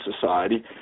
Society